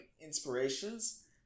inspirations